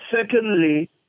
secondly